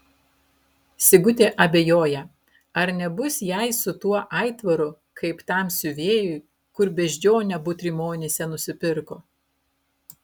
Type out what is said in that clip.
sigutė abejoja ar nebus jai su tuo aitvaru kaip tam siuvėjui kur beždžionę butrimonyse nusipirko